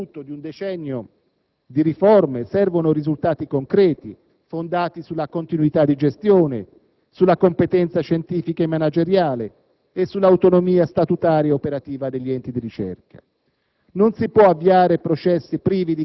Oggi, per raccogliere il frutto di un decennio di riforme servono risultati concreti, fondati sulla continuità di gestione, sulla competenza scientifica e manageriale e sull'autonomia statutaria e operativa degli enti di ricerca.